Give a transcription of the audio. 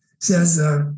says